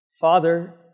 father